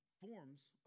forms